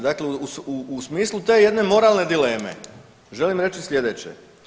Dakle u smislu te jedne moralne dileme želim reći sljedeće.